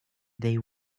they